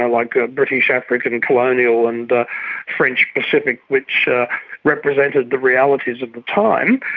ah like ah british african colonial and french pacific, which represented the realities of the time.